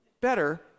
Better